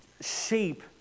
shape